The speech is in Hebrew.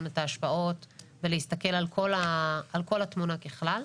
את ההשפעות ולהסתכל על כל התמונה ככלל.